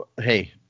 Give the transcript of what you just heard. Hey